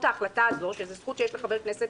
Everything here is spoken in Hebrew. ההחלטה הזאת בעניין זאת זכות שיש לחבר כנסת